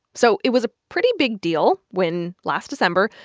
so it was a pretty big deal when, last december,